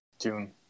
june